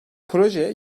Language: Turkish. proje